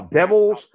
devils